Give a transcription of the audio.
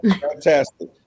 Fantastic